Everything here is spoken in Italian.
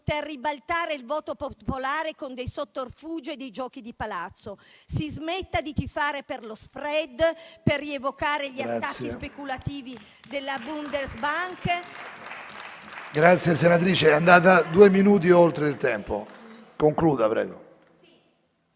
ribaltare il voto popolare con dei sotterfugi e dei giochi di palazzo. Si smetta di tifare per lo *spread*, per rievocare gli attacchi speculativi della Bundesbank. PRESIDENTE. Grazie, senatrice Ambrogio. È andata due minuti oltre il tempo. Concluda, prego.